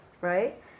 right